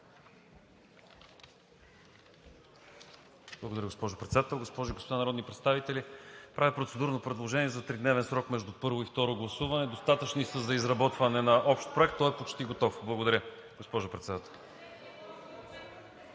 Благодаря, госпожо Председател. Госпожи и господа народни представители! Правя процедурно предложение за тридневен срок между първо и второ гласуване. Достатъчни са за изработване на Общ проект. (Шум и реплики.) Той е почти готов. Благодаря, госпожо Председател.